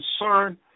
concern